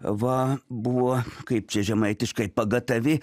va buvo kaip čia žemaitiškai pagatavi